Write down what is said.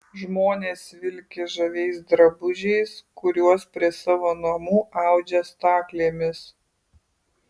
žmonės vilki žaviais drabužiais kuriuos prie savo namų audžia staklėmis